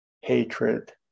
hatred